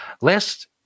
Last